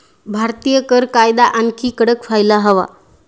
भारतीय कर कायदा आणखी कडक व्हायला हवा